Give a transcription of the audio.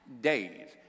Days